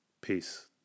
Peace